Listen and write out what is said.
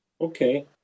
Okay